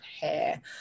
hair